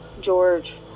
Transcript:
George